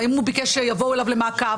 והאם הוא ביקש שיבואו אליו למעקב?